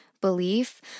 belief